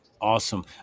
Awesome